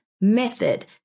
method